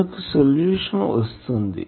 మనకు సొల్యూషన్ వస్తుంది